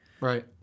Right